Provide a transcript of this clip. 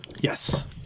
Yes